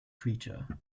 creature